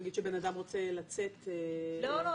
נגיד שבן אדם רוצה לצאת --- לא, לא.